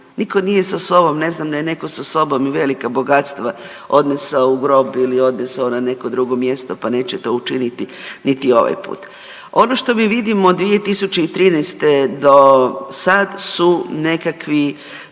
Nitko nije sa sobom, ne znam, da je netko sa sobom i velika bogatstva odnesao u grob ili odneso na neko drugo mjesto pa neće to učiniti niti ovaj put. Ono što mi vidimo 2013. do sad su nekakvi